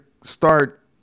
start